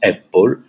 Apple